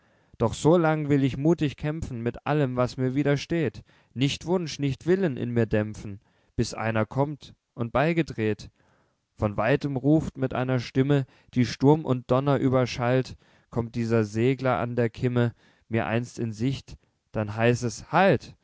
doch so lang will ich muthig kämpfen mit allem was mir widersteht nicht wunsch nicht willen in mir dämpfen bis einer kommt und beigedreht von weitem ruft mit einer stimme die sturm und donner überschallt kommt dieser segler an der kimme mir einst in sicht dann heiß es halt